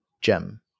gem